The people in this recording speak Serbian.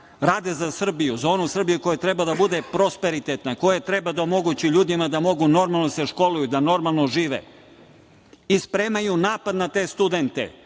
rade za Srbiju, za onu Srbiju koja treba da bude prosperitetna koja treba da omogući ljudima da mogu normalno da se školuju, da normalno žive i spremaju napad na te studente.